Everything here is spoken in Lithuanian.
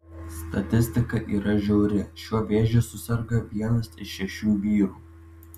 statistika yra žiauri šiuo vėžiu suserga vienas iš šešių vyrų